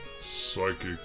psychic